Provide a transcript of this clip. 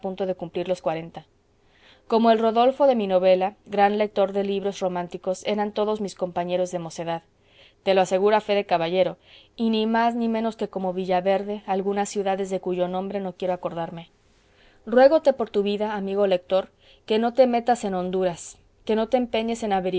de cumplir los cuarenta como el rodolfo de mi novela gran lector de libros románticos eran todos mis compañeros de mocedad te lo aseguro a fe de caballero y ni más ni menos que como villaverde algunas ciudades de cuyo nombre no quiero acordarme ruégote por tu vida amigo lector que no te metas en honduras que no te empeñes en